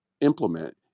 implement